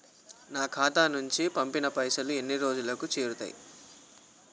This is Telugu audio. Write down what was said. నా ఖాతా నుంచి పంపిన పైసలు ఎన్ని రోజులకు చేరుతయ్?